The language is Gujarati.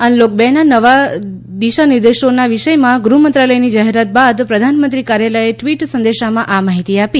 અનલોક બે ના દિશા નિર્દેશોના વિષયમાં ગૃહમંત્રાલયની જાહેરાત બાદ પ્રધાનમંત્રી કાર્યાલયે ટવીટ સંદેશામાં આ માહિતી આપી